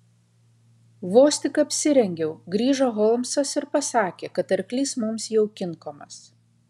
vos tik apsirengiau grįžo holmsas ir pasakė kad arklys mums jau kinkomas